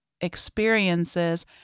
experiences